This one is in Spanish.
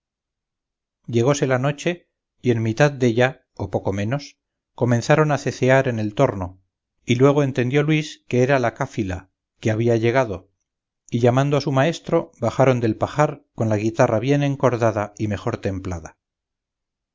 llegóse la noche y en la mitad della o poco menos comenzaron a cecear en el torno y luego entendió luis que era la cáfila que había llegado y llamando a su maestro bajaron del pajar con la guitarra bien encordada y mejor templada